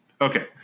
Okay